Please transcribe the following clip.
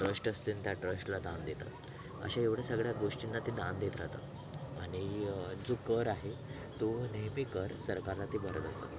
trust असतील त्या ट्रस्टला दान देतात अशा एवढ्या सगळ्या गोष्टींना ते दान देत राहतात आणि जो कर आहे तो नेहमी कर सरकारला ते भरत असतात